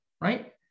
right